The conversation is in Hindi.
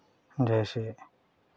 जैसे